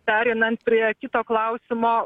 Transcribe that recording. pereinant prie kito klausimo